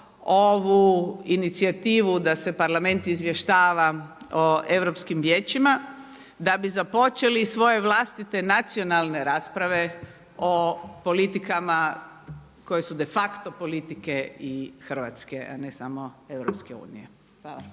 ovu inicijativu da se Parlament izvještava o europskim vijećima da bi započeli svoje vlastite nacionalne rasprave o politikama koje su de facto politike i Hrvatske, a ne samo EU. Hvala.